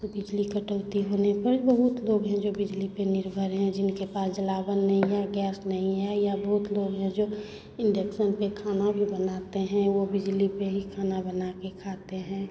तो बिजली कटौती होने पर बहुत लोग हैं जो बिजली पे निर्भर हैं जिनके पास जलावन नहीं है गैस नहीं है या बहुत लोग हैं जो इंडेक्सन खाना भी बनाते हैं वो बिजली पे ही खाना बना के खाते हैं